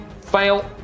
Fail